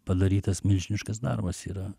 padarytas milžiniškas darbas yra